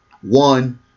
one